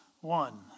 One